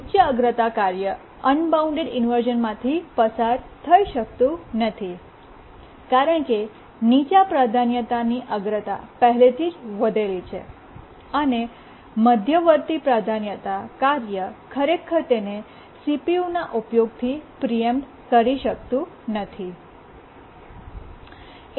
ઉચ્ચ અગ્રતા કાર્ય અનબાઉન્ડ ઇન્વર્શ઼નમાંથી પસાર થઈ શકતું નથી કારણ કે નીચા પ્રાધાન્યતાની અગ્રતા પહેલેથી જ વધેલી છે અને મધ્યવર્તી પ્રાધાન્યતા કાર્ય ખરેખર તેને CPU ઉપયોગથી પ્રીએમ્પ્ટ કરી શકતું નથી